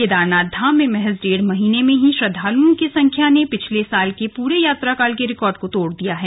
केदारनाथ धाम में महज डेढ़ महीने में ही श्रद्वालुओं की संख्या ने पिछले साल के पूरे यात्राकाल के रिकॉर्ड को तोड़ दिया है